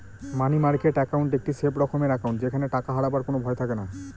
মানি market account একটি safe রকমের account যেখানে টাকা হারাবার কোনো ভয় থাকেনা